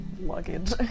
luggage